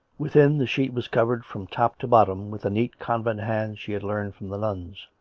within, the sheet was covered from top to bottom with the neat convent-hand she had learnt from the nuns.